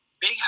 big